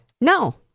No